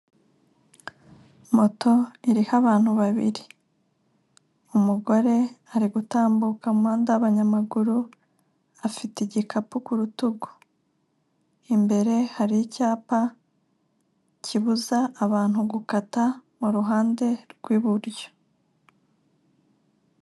Moto iriho abantu babiri, umugore ari gutambuka mu muhanda w'abanyamaguru, afite igikapu ku rutugu, imbere hari icyapa kibuza abantu gukata mu ruhande rw'iburyo.